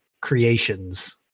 creations